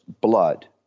blood